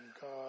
God